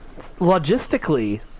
logistically